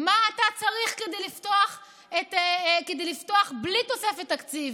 מה אתה צריך כדי לפתוח בלי תוספת תקציב,